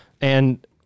And-